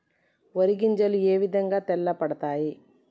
వరి గింజలు ఏ విధంగా తెల్ల పడతాయి?